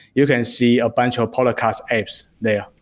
you can see a bunch of podcast apps there.